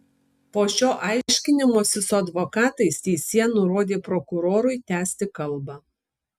po šio aiškinimosi su advokatais teisėja nurodė prokurorui tęsti kalbą